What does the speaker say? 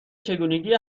چگونگی